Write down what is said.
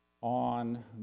on